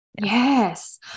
Yes